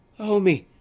o me,